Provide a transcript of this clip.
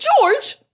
George